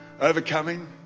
Overcoming